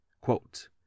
Quote